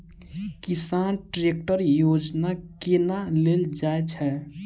किसान ट्रैकटर योजना केना लेल जाय छै?